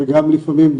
וגם לפעמים,